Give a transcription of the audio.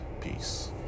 peace